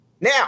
Now